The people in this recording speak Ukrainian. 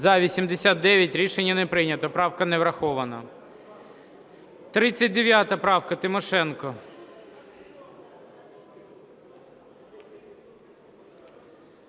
За-85 Рішення не прийнято. Правка не врахована. 230 правка, Кабаченко.